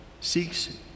seeks